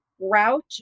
route